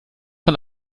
von